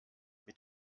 mit